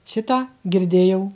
šitą girdėjau